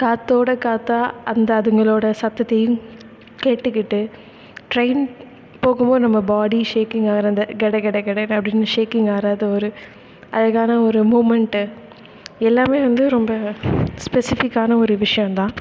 காற்றோட காற்றா அந்த அதுங்களோடய சத்தத்தையும் கேட்டுகிட்டு ட்ரெய்ன் போகும் போது நம்ப பாடி ஷேக்கிங் ஆகிற அந்த கட கட கட கடன்னு அப்படின்னு ஷேக்கிங் ஆகிற அது ஒரு அழகான ஒரு மூமெண்ட்டு எல்லாமே வந்து ரொம்ப ஸ்பெசிஃபிக்கான ஒரு விஷயம் தான்